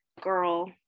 girl